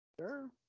Sure